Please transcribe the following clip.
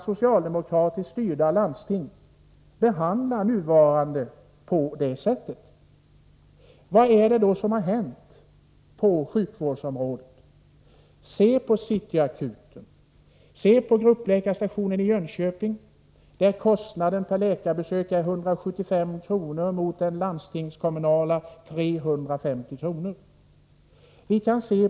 Socialdemokratiskt styrda landsting kan behandla de nuvarande privatpraktikerna på detta sätt. Vad är det då som har hänt på sjukvårdsområdet? Se på City Akuten, se på gruppläkarstationen i Jönköping, där kostnaden per läkarbesök är 175 kr. mot den landstingskommunala vårdens kostnad på 350 kr.